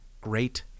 great